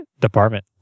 department